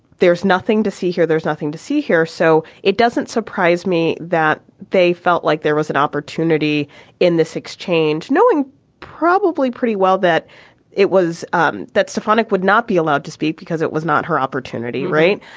there's nothing to see here there's nothing to see here. so it doesn't surprise me that they felt like there was an opportunity in this exchange, knowing probably pretty well that it was um that stefanic would not be allowed to speak because it was not her opportunity. right.